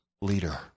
leader